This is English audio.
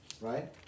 right